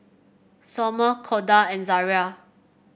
Sommer Corda and Zariah